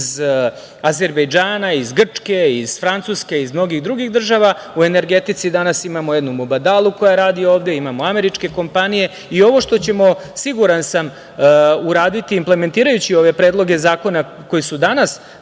iz Azerbejdžana, iz Grčke, iz Francuske, iz mnogih drugih država, u energetici danas imamo jednu „Mubadalu“ koja radi ovde, imamo američke kompanije. Ovo što ćemo, siguran sam, uraditi implementirajući ove predloge zakona koji su danas